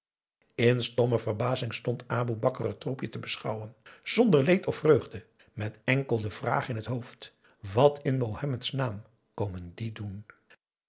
in stomme verbazing stond aboe bakar het troepje te beschouwen zonder leed of vreugde met enkel de vraag in het hoofd wat in mohammeds naam komen die doen